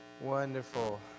Wonderful